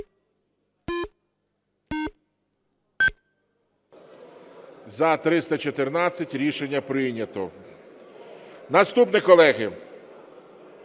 За-314 Рішення прийнято. Наступне, колеги.